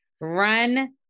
Run